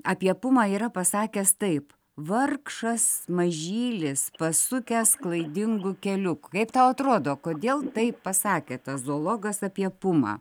apie pumą yra pasakęs taip vargšas mažylis pasukęs klaidingu keliu kaip tau atrodo kodėl taip pasakė tas zoologas apie pumą